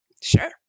Sure